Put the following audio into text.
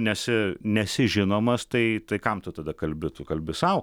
nesi nesi žinomas tai tai kam tu tada kalbi tu kalbi sau